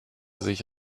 sich